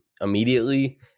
immediately